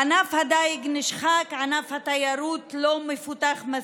ענף הדייג נשחק, ענף התיירות לא מפותח מספיק,